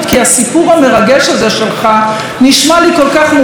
הסיפור המרגש הזה שלך נשמע לי כל כך מוכר,